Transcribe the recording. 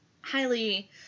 highly